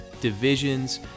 divisions